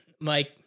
Mike